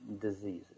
diseases